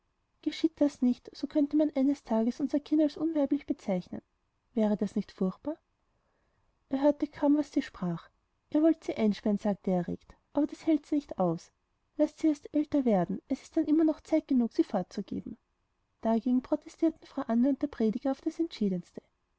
geschieht das nicht so könnte man eines tages unser kind als unweiblich bezeichnen wäre das nicht furchtbar er hörte kaum was sie sprach ihr wollt sie einsperren sagte er erregt aber das hält sie nicht aus laßt sie erst älter werden es ist dann immer noch zeit genug sie fortzugeben dagegen protestierten frau anne und der prediger auf das entschiedenste